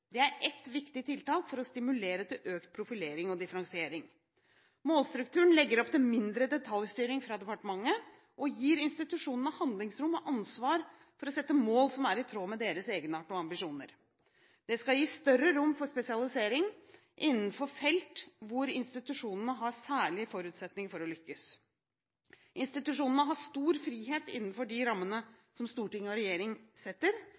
Det er ett viktig tiltak for å stimulere til økt profilering og differensiering. Målstrukturen legger opp til mindre detaljstyring fra departementet og gir institusjonene handlingsrom og ansvar for å sette mål som er i tråd med deres egenart og ambisjoner. Det skal gi større rom for spesialisering innenfor felt hvor institusjonene har særlige forutsetninger for å lykkes. Institusjonene har stor frihet innenfor de rammene som storting og regjering setter,